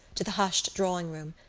to the hushed drawing-room.